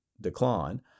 decline